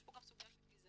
יש פה גם סוגיה של גזענות,